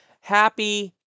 happy